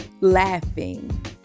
laughing